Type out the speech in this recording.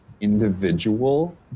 individual